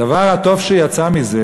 הדבר הטוב שיצא מזה,